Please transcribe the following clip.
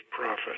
profit